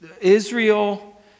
Israel